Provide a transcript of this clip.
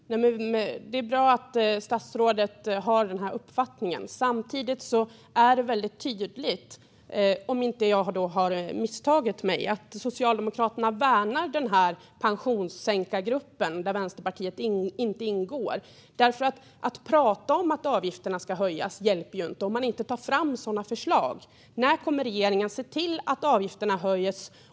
Fru talman! Det är bra att statsrådet har den uppfattningen. Samtidigt är det väldigt tydligt - om inte jag har misstagit mig - att Socialdemokraterna värnar den här pensionssänkargruppen, där Vänsterpartiet inte ingår. Att prata om att avgifterna ska höjas hjälper ju inte om man inte tar fram sådana förslag. När kommer regeringen att se till att avgifterna höjs?